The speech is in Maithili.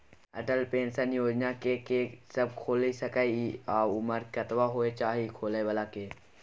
अटल पेंशन योजना के के सब खोइल सके इ आ उमर कतबा होय चाही खोलै बला के?